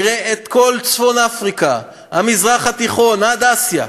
תראה את כל צפון-אפריקה, המזרח התיכון עד אסיה,